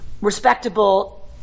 respectable